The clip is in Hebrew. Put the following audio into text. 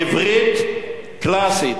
עברית קלאסית.